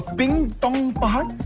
ping tong pahad.